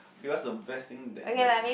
okay what's the best thing that that